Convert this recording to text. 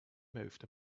moved